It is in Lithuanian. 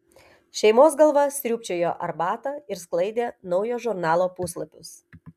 šeimos galva sriūbčiojo arbatą ir sklaidė naujo žurnalo puslapius